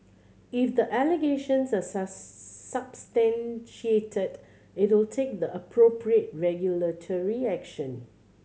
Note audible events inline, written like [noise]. if the allegations are [unintelligible] substantiated it'll take the appropriate regulatory action